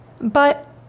But